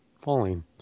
falling